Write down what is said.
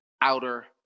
outer